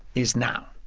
it's now,